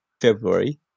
February